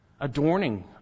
adorning